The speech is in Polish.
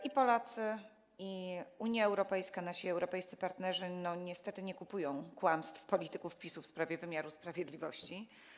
I Polacy, i Unia Europejska, nasi europejscy partnerzy niestety nie kupują kłamstw polityków PiS-u w sprawie wymiaru sprawiedliwości.